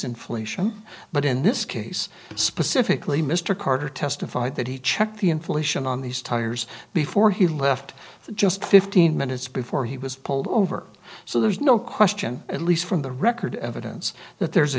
inflation but in this case specifically mr carter testified that he checked the inflation on these tires before he left just fifteen minutes before he was pulled over so there's no question at least from the record evidence that there's a